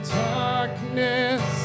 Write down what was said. darkness